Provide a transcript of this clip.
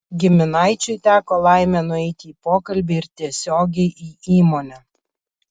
giminaičiui teko laimė nueiti į pokalbį ir tiesiogiai į įmonę